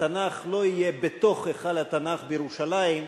התנ"ך לא יהיה בתוך היכל התנ"ך בירושלים,